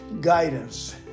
Guidance